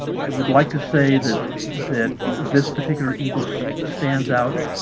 i would like to say that that this particular eagle stands out